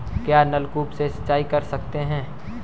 क्या नलकूप से सिंचाई कर सकते हैं?